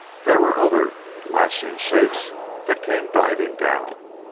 there were other lashing shapes that came diving down.